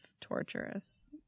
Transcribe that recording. torturous